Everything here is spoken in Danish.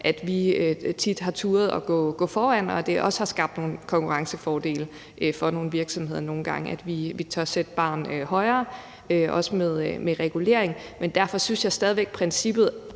at vi tit har turdet at gå foran, og at det også nogle gange har skabt nogle konkurrencefordele for nogle virksomheder, at vi tør sætte barren højere, også i forhold til regulering. Men derfor synes jeg stadig væk, at princippet